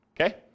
okay